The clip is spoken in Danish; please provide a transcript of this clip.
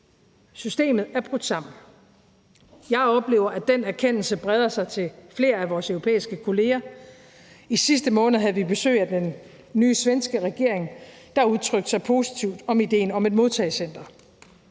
Systemet er brudt sammen. Jeg oplever, at den erkendelse breder sig til flere af vores europæiske kolleger. I sidste måned havde vi besøg af den nye svenske regering, der udtrykte sig positivt om idéen om et modtagecenter.